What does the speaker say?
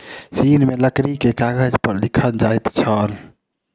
चीन में लकड़ी के कागज पर लिखल जाइत छल